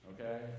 Okay